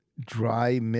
Dry